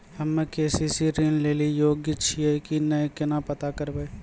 हम्मे के.सी.सी ऋण लेली योग्य छियै की नैय केना पता करबै?